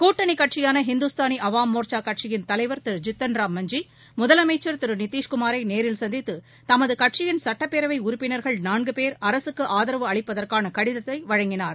கூட்டணி கட்சியான இந்துஸ்தானி அவாம் மோர்ச்சா கட்சியின் தலைவர் திரு ஜித்தன் ராம் மஞ்சி முதலமைச்சர் திரு நிதீஷ்குமாரை நேரில் சந்தித்து தமது கட்சியின் சுட்டப்பேரவை உறுப்பினர்கள் நான்கு பேர் அரசுக்கு ஆதரவு அளிப்பதற்கான கடிதத்தை வழங்கினார்